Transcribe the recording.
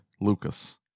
Lucas